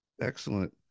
Excellent